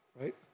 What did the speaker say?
right